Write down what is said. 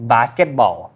Basketball